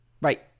right